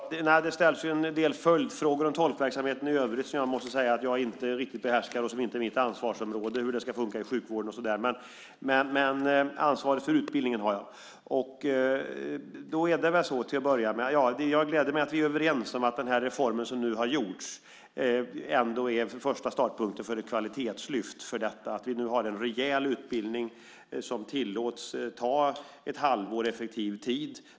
Fru talman! Det ställs en del följdfrågor om tolkverksamheten i övrigt som jag måste säga att jag inte riktigt behärskar och som inte är mitt ansvarsområde, till exempel hur det ska fungera i sjukvården och så vidare. Men ansvaret för utbildningen har jag. Jag gläder mig över att vi är överens om att den reform som nu har gjorts är en första startpunkt för ett kvalitetslyft i fråga om detta. Vi har nu en rejäl utbildning som tillåts ta ett halvår effektiv tid.